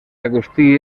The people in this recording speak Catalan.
agustí